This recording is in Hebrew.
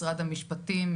משרד המשפטים,